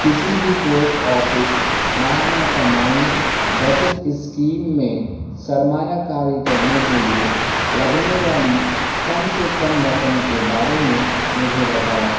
کسی بھی post office ماہانہ کمائی بچت اسکیم میں سرمایہ کاری کرنے کے لیے لگنے والی کم سے کم رقم کے بارے میں مجھے بتاؤ